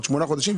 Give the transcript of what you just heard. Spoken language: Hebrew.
עוד שמונה חודשים,